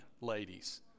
ladies